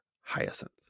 hyacinth